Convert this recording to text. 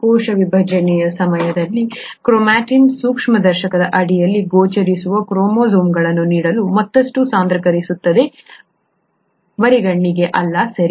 ಕೋಶ ವಿಭಜನೆಯ ಸಮಯದಲ್ಲಿ ಕ್ರೊಮಾಟಿನ್ ಸೂಕ್ಷ್ಮದರ್ಶಕದ ಅಡಿಯಲ್ಲಿ ಗೋಚರಿಸುವ ಕ್ರೋಮೋಸೊಮ್ಗಳನ್ನು ನೀಡಲು ಮತ್ತಷ್ಟು ಸಾಂದ್ರೀಕರಿಸುತ್ತದೆ ಬರಿಗಣ್ಣಿಗೆ ಅಲ್ಲ ಸರಿ